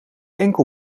enkel